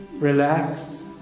relax